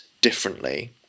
differently